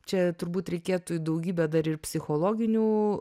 čia turbūt reikėtų į daugybę dar ir psichologinių